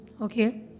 Okay